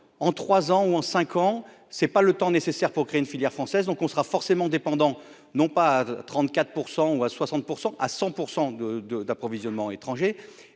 en 3 ans ou en 5 ans, c'est pas le temps nécessaire pour créer une filière française, donc on sera forcément dépendant non pas 34 % ou à 60 % à 100 pour 100 de de d'approvisionnement étrangers